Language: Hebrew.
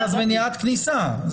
מניעת כניסה.